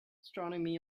astronomy